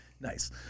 Nice